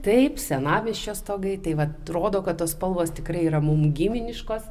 taip senamiesčio stogai taip vat rodo kad tos spalvos tikrai yra mum giminiškos